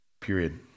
period